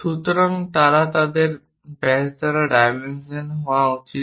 সুতরাং তারা তাদের ব্যাস দ্বারা ডাইমেনশন হওয়া উচিত